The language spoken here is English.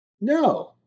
No